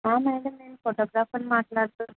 madam నేను ఫోటోగ్రాఫర్ను మాట్లాడుతున్నాను